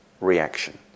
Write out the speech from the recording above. reaction